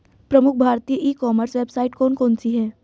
प्रमुख भारतीय e commerce website कौन कौन सी हैं?